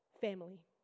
family